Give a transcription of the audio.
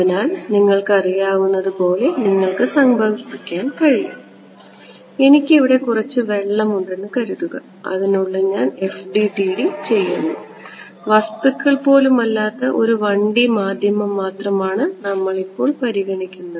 അതിനാൽ നിങ്ങൾക്കറിയാവുന്നതുപോലെ നിങ്ങൾക്ക് സങ്കൽപ്പിക്കാൻ കഴിയും എനിക്ക് ഇവിടെ കുറച്ച് വെള്ളം ഉണ്ടെന്ന് കരുതുക അതിനുള്ളിൽ ഞാൻ FDTD ചെയ്യുന്നു വസ്തുക്കൾ പോലുമല്ലാത്ത ഒരു 1D മാധ്യമം മാത്രമാണ് നമ്മൾ ഇപ്പോൾ പരിഗണിക്കുന്നത്